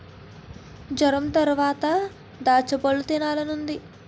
జొరంతరవాత దాచ్చపళ్ళు తినాలనున్నాది